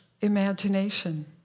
imagination